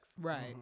Right